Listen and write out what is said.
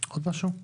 עוד משהו?